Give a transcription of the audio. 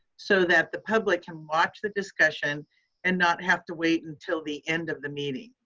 so that the public can watch the discussion and not have to wait until the end of the meeting.